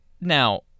now